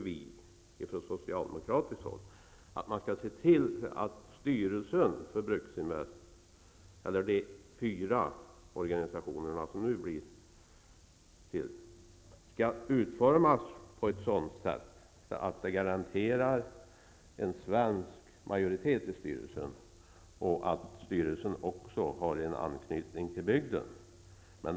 Vi socialdemokrater tycker därför att man skall se till att styrelserna för Bruksinvests fyra företag skall utformas på ett sådant sätt att svensk majoritet garanteras och att de har anknytning till bygden.